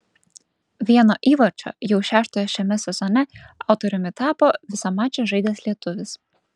vieno įvarčio jau šeštojo šiame sezone autoriumi tapo visą mačą žaidęs lietuvis